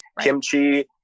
kimchi